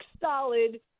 solid